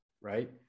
right